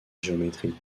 géométrie